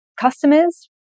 customers